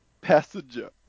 passenger